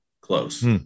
close